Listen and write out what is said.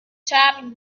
charles